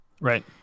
right